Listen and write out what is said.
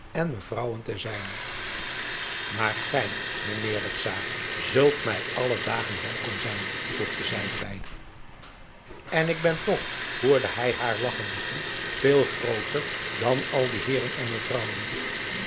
en mevrouwen te zijn maar gij mijnheer de czaar zult mij alle dagen welkom zijn voegde zij er bij en ik ben toch voerde hij haar lagchende toe veel grooter dan al die heeren en mevrouwen